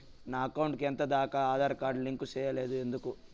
నా అకౌంట్ కు ఎంత దాకా ఆధార్ కార్డు లింకు సేయలేదు ఎందుకు